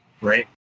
right